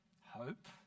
hope